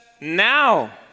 now